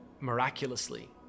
miraculously